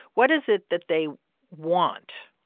what is it that they want?